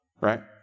right